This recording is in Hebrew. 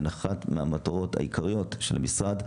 הן אחת מהמטרות העיקריות של המשרד.